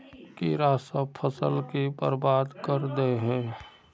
कीड़ा सब फ़सल के बर्बाद कर दे है?